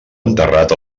enterrat